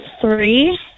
three